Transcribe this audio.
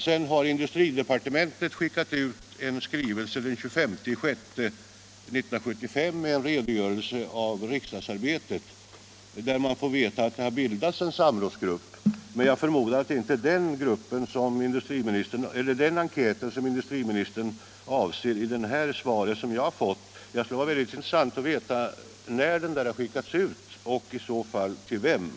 Vidare har industridepartementet den 25 juni 1975 skickat ut en skrivelse med en redogörelse för riksdagsbehandlingen, genom vilken man får veta att vi har bildat en samrådsgrupp. Men jag förmodar att det inte är den enkäten industriministern avser i sitt svar till mig. Det skulle vara intressant att få veta när den enkäten sänts ut och i så fall till vilka.